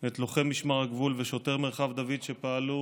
את לוחם משמר הגבול ושוטר מרחב דוד שפעלו